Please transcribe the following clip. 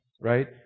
Right